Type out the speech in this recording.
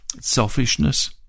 selfishness